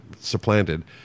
supplanted